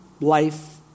life